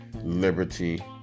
liberty